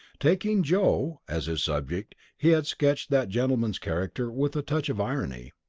taking joe as his subject he had sketched that gentleman's character with a touch of irony.